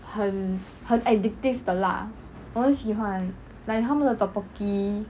很很 addictive the 辣我很喜欢 like 他们的 tteokbokki